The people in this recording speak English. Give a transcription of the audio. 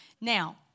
Now